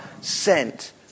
sent